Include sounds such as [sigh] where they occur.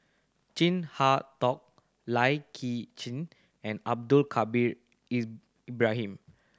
Chin Harn Tong Lai Kew Chen and Abdul Kadir [unintelligible] Ibrahim